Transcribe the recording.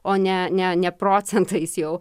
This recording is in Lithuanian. o ne ne ne procentais jau